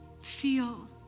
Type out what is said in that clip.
Feel